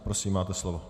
Prosím, máte slovo.